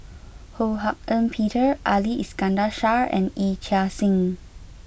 Ho Hak Ean Peter Ali Iskandar Shah and Yee Chia Hsing